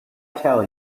tell